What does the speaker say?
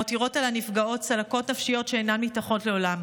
מותירות על הנפגעות צלקות נפשיות שאינן מתאחות לעולם.